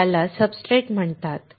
त्याला सब्सट्रेट म्हणतात